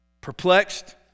perplexed